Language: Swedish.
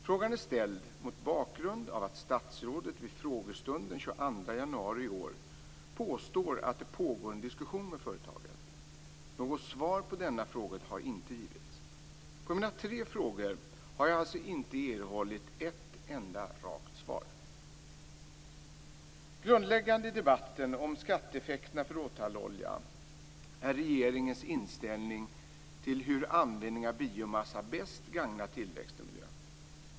Frågan är ställd mot bakgrund av att statsrådet vid frågestunden den 22 januari i år påstod att det pågår en diskussion med företaget. Något svar på denna fråga har inte givits. På mina tre frågor har jag alltså inte erhållit ett enda rakt svar. Grundläggande i debatten om skatteeffekterna för råtallolja är regeringens inställning till hur användningen av biomassa bäst gagnar tillväxt och miljö.